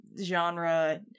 genre